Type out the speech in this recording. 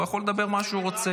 הוא יכול לדבר על מה שהוא רוצה.